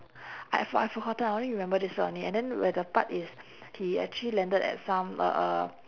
I f~ I forgotten I only remember this part only and then where the part is he actually landed at some uh uh